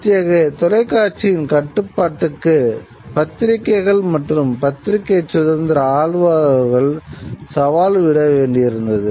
இத்தகைய தொலைக்காட்சியின் கட்டுப்பாட்டுக்கு பத்திரிகைகள் மற்றும் பத்திரிகைச் சுதந்திர ஆதரவாளர்கள் சவால் விட வேண்டியிருந்தது